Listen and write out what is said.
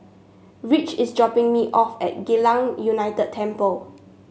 Ridge is dropping me off at Geylang United Temple